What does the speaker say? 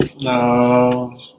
No